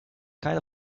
kind